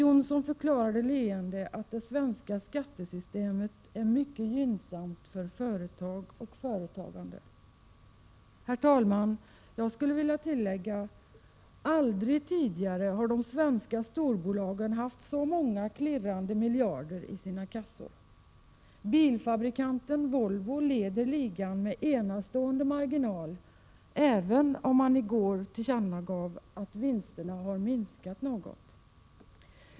Hon förklarade leende att det svenska skattesystemet är mycket gynnsamt för företag och företagande. Herr talman! Jag skulle vilja tillägga att de svenska storbolagen aldrig tidigare haft så många klirrande miljarder i sina kassor. Bilfabrikanten Volvo leder ligan med enastående marginal, även om man i går tillkännagav att vinsterna har minskat något.